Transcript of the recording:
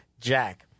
Jack